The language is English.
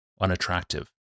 unattractive